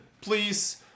please